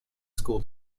school